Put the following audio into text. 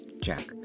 Jack